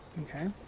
Okay